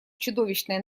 чудовищное